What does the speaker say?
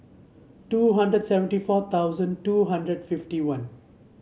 two hundred seventy four thousand two hundred fifty one